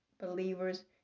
believers